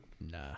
Nah